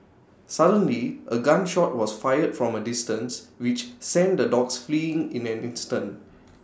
suddenly A gun shot was fired from A distance which sent the dogs fleeing in an instant